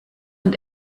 und